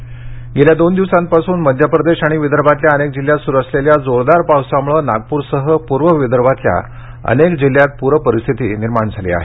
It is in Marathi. विदर्भ पाऊस गेल्या दोन दिवसापासून मध्य प्रदेश आणि विदर्भातल्या अनेक जिल्ह्यात सुरु असलेल्या जोरदार पावसामुळे नागपूरसह पूर्व विदर्भातल्या अनेक जिल्ह्यात पूरस्थिती निर्माण झाली आहे